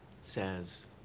says